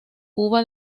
uva